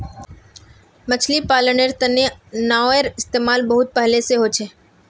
मछली पालानेर तने नाओर इस्तेमाल बहुत पहले से होचे